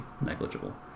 negligible